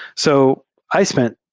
so i spent